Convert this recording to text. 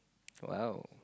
!wow!